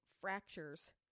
fractures